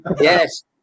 Yes